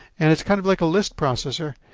and it's kind of like a list processor.